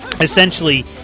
essentially